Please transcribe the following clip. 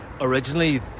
Originally